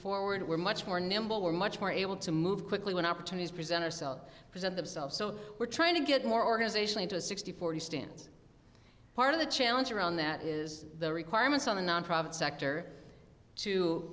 forward we're much more nimble we're much more able to move quickly when opportunities present to sell present themselves so we're trying to get more organization into a sixty forty stands part of the challenge around that is the requirements on the nonprofit sector to